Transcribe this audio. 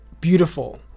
Beautiful